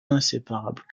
inséparables